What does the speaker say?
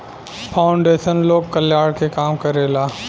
foundation लोक कल्याण के काम करेला